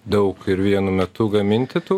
daug ir vienu metu gaminti tų